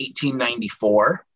1894